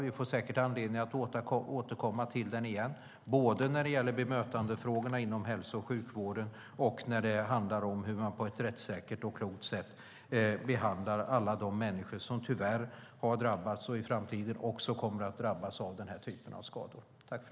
Vi får säkert anledning att återkomma till den igen, både när det gäller bemötandefrågorna inom hälso och sjukvården och när det handlar om hur man på ett rättssäkert och klokt sätt behandlar alla de människor som tyvärr har drabbats och i framtiden också kommer att drabbas av den här typen av skador.